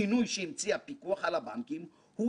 כינוי שהמציא הפיקוח על הבנקים הוא